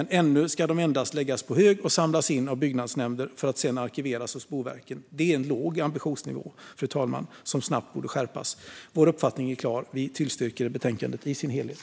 Nu ska de endast läggas på hög och samlas in av byggnadsnämnder för att sedan arkiveras hos Boverket. Det är en låg ambitionsnivå som snabbt borde skärpas, fru talman. Vår uppfattning är klar. Vi tillstyrker förslaget i dess helhet.